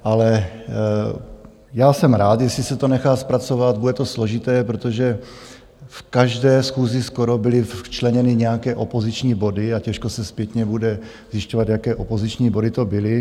Ale já jsem rád, jestli se to nechá zpracovat, bude to složité, protože v každé schůzi skoro byly včleněny nějaké opoziční body a těžko se zpětně bude zjišťovat, jaké opoziční body to byly.